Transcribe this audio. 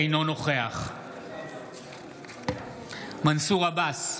אינו נוכח מנסור עבאס,